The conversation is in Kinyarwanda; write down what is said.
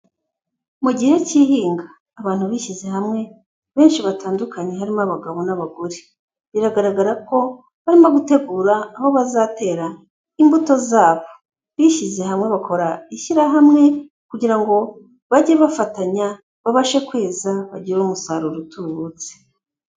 Mu gihe cy'ihinga, abantu bishyize hamwe, benshi batandukanye, harimo abagabo n'abagore. Biragaragara ko barimo gutegura aho bazatera imbuto zabo. Bishyize hamwe bakora ishyirahamwe, kugira ngo bajye bafatanya babashe kweza, bagire umusaruro utubutse.